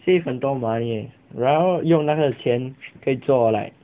save 很多 money leh 然后用那个钱可以做 like